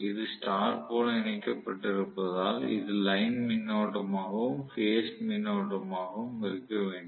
இது ஸ்டார் போல இணைக்கப்பட்டிருப்பதால் இது லைன் மின்னோட்டமாகவும் பேஸ் மின்னோட்டமாகவும் இருக்க வேண்டும்